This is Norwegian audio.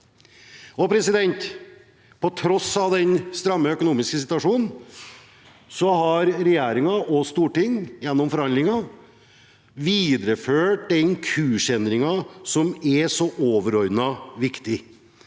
i 2016. På tross av den stramme økonomiske situasjonen har regjering og storting – gjennom forhandlinger – videreført den kursendringen som er så overordnet viktig,